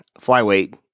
flyweight